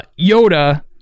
Yoda